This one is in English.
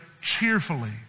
cheerfully